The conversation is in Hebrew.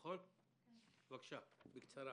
בבקשה, בקצרה.